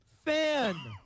fan